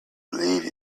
leave